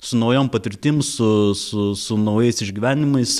su naujom patirtim su su su naujais išgyvenimais